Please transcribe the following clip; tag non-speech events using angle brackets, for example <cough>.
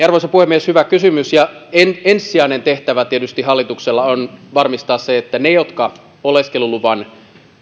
<unintelligible> arvoisa puhemies hyvä kysymys ensisijainen tehtävä hallituksella on tietysti varmistaa se että ne jotka oleskeluluvan suomeen